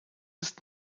ist